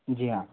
जी हाँ